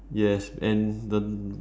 yes and the